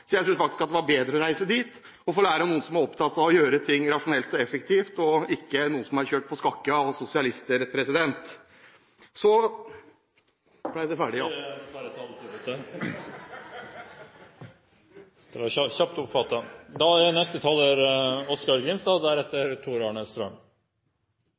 så jeg tror faktisk det er bedre å reise dit. Der er det noen som er opptatt av å gjøre ting rasjonelt og effektivt, og der er ikke noe kjørt på skakke av sosialister. Så … da er jeg ferdig.